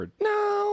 No